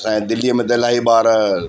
असांजे दिल्लीअ में त इलाही ॿार